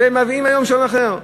ומביאים היום שם אחר.